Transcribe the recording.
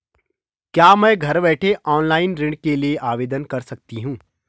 क्या मैं घर बैठे ऑनलाइन ऋण के लिए आवेदन कर सकती हूँ?